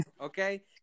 Okay